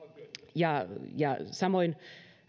samoin